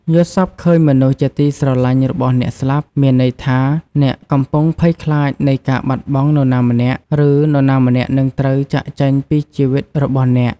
យល់សប្តិឃើញមនុស្សជាទីស្រលាញ់របស់អ្នកស្លាប់ មានន័យថា អ្នកកំពុងភ័យខ្លាចនៃការបាត់បង់នរណាម្នាក់ ឬនរណាម្នាក់នឹងត្រូវចាកចេញពីជីវិតរបស់អ្នក។